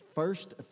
first